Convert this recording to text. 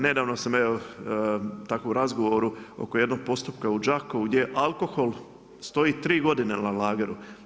Nedavno sam tako u razgovoru oko jednog postupka u Đakovu gdje alkohol stoji 3 godine na lageru.